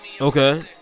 Okay